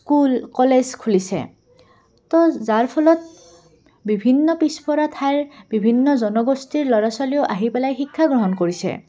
school college খুলিছে তো যাৰ ফলত বিভিন্ন পিছপৰা ঠাইৰ বিভিন্ন জনগোষ্ঠীৰ ল'ৰা ছোৱালীও আহি পেলাই শিক্ষা গ্ৰহণ কৰিছে